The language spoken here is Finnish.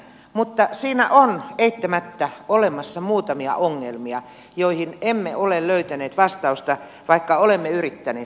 mutta siinä on eittämättä olemassa muutamia ongelmia joihin emme ole löytäneet vastausta vaikka olemme yrittäneet